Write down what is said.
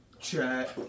chat